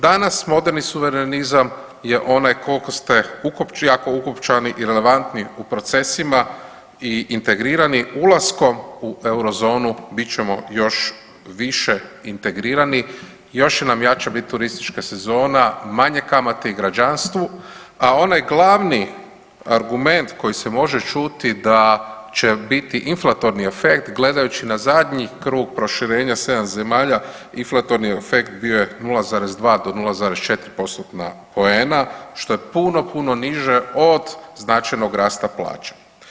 Danas moderni suverenizam je onaj koliko ste jako ukopčani i relevantni u procesima i integrirani ulaskom u Eurozonu bit ćemo još više integrirani, još će nam jača bit turistička sezona, manje kamate i građanstvu, a onaj glavni argument koji se može čuti da će biti inflatorni efekt gledajući na zadnji krug proširenja sedam zemalja, inflatorni efekt bio je 0,2 do 0,4%-tna poena što je puno, puno niže od značajnog rasta plaća.